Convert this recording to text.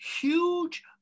huge